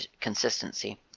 consistency